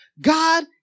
God